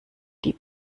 die